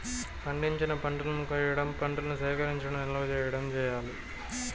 పండించిన పంటలను కొయ్యడం, పంటను సేకరించడం, నిల్వ చేయడం చెయ్యాలి